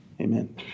Amen